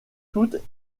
toutes